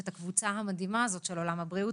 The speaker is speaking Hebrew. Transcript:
את הקבוצה המדהימה הזאת של עולם הבריאות,